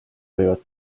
võivad